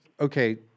Okay